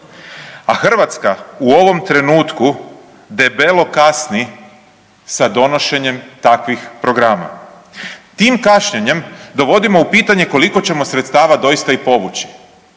a Hrvatska u ovom trenutku debelo kasni sa donošenjem takvih programa. Tim kašnjenjem dovodimo u pitanje koliko ćemo sredstava doista i povući.